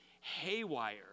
haywire